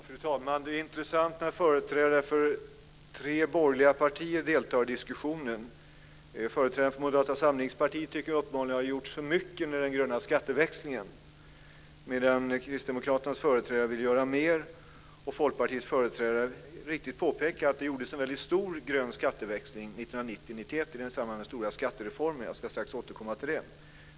Fru talman! Det är intressant att företrädare för tre borgerliga partier deltar i diskussionen. Företrädaren för Moderata samlingspartiet tycker uppenbarligen att det gjorts för mycket med den gröna skatteväxlingen medan Kristdemokraternas företrädare vill göra mer och Folkpartiets företrädare helt riktigt påpekar att det gjordes en väldigt stor grön skatteväxling 1990 1991 i samband med den stora skattereformen. Jag ska strax återkomma till den.